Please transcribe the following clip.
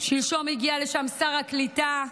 שלשום הגיע לשם שר הקליטה.